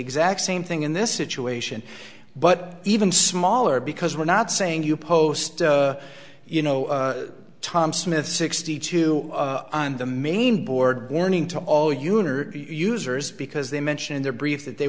exact same thing in this situation but even smaller because we're not saying you post you know tom smith sixty two on the main board warning to all uner users because they mention their brief that they